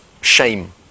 shame